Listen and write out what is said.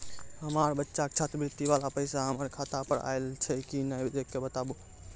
हमार बच्चा के छात्रवृत्ति वाला पैसा हमर खाता पर आयल छै कि नैय देख के बताबू?